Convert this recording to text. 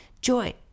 Joy